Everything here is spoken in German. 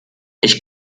ich